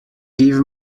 give